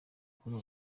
paul